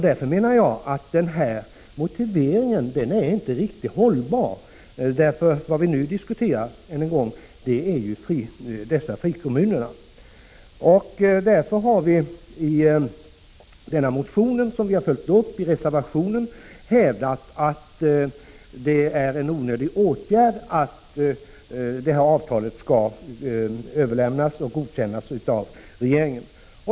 Jag menar därför att denna motivering inte är hållbar, eftersom det är frikommunerna vi nu diskuterar. Vi har i en motion, som vi följt upp i reservation 1, hävdat att det är en onödig åtgärd att avtalet skall överlämnas till och godkännas av regeringen.